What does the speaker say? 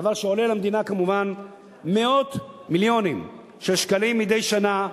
דבר שעולה למדינה כמובן מאות מיליונים של שקלים מדי שנה,